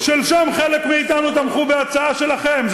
שלשום חלק מאתנו תמכו בהצעה שלכם.